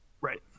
Right